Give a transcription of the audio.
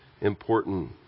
important